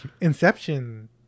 inception